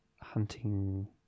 hunting